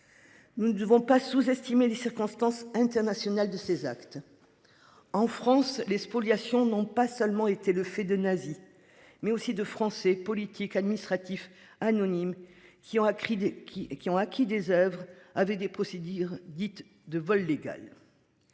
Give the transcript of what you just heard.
Nous ne devons pas sous-estimer les circonstances internationales de ses actes. En France les spoliations non pas seulement été le fait de nazis mais aussi 2 Français politique administratif anonymes qui ont écrit des qui, qui ont acquis des Oeuvres avaient des procédures dites de vol légal.